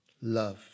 love